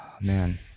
Man